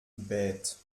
bête